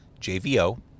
JVO